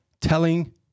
telling